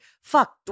Fuck